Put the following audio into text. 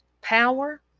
Power